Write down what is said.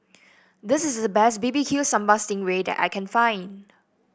this is the best B B Q Sambal Sting Ray that I can find